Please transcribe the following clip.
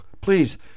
Please